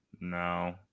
No